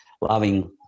loving